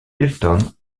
hilton